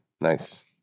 Nice